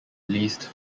released